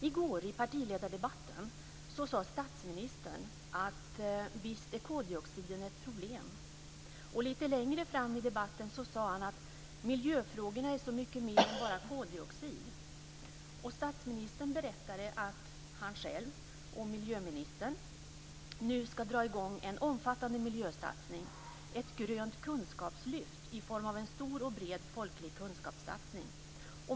I går, i partiledardebatten, sade statsministern att koldioxiden är ett problem. Lite längre fram i debatten sade han att miljöfrågorna är så mycket mer än bara koldioxidfrågan. Statsministern berättade att han själv och miljöministern nu ska dra i gång en omfattande miljösatsning - ett grönt kunskapslyft i form av en stor och bred folklig kunskapssatsning.